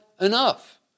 enough